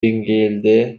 деңгээлде